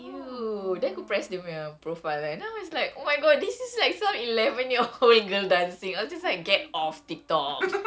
!eww! then aku press dia punya profile then I was like oh my god this is like some eleven year old girl dancing I'll just like get off tiktok